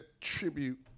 tribute